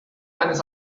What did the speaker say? eines